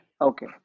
Okay